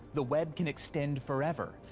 the web can extend forever.